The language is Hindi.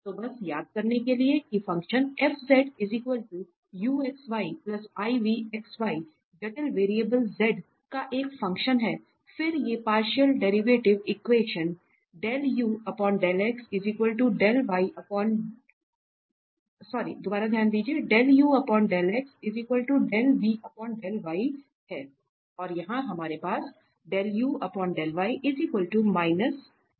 तो बस याद करने के लिए कि फ़ंक्शन जटिल वेरिएबल z का एक फ़ंक्शन है फिर ये पार्शियल डिफरेंशियल इक्वेशन हैं और यहाँ हमारे पास हैं